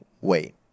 wait